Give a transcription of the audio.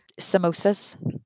samosas